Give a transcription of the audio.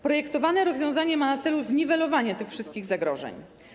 Projektowane rozwiązanie ma na celu zniwelowanie tych wszystkich zagrożeń.